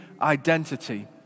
identity